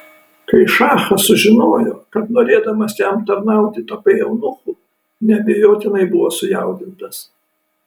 kai šachas sužinojo kad norėdamas jam tarnauti tapai eunuchu neabejotinai buvo sujaudintas